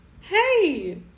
Hey